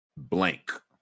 blank